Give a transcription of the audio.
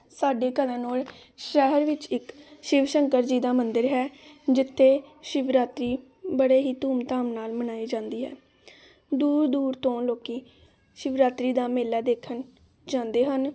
ਸਾਡੇ ਘਰਾਂ ਕੋਲ ਸ਼ਹਿਰ ਵਿੱਚ ਇੱਕ ਸ਼ਿਵ ਸ਼ੰਕਰ ਜੀ ਦਾ ਮੰਦਰ ਹੈ ਜਿੱਥੇ ਸ਼ਿਵਰਾਤਰੀ ਬੜੇ ਹੀ ਧੂਮਧਾਮ ਨਾਲ ਮਨਾਈ ਜਾਂਦੀ ਹੈ ਦੂਰ ਦੂਰ ਤੋਂ ਲੋਕੀ ਸ਼ਿਵਰਾਤਰੀ ਦਾ ਮੇਲਾ ਦੇਖਣ ਜਾਂਦੇ ਹਨ